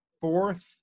fourth